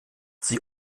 sie